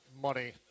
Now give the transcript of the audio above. money